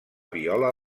viola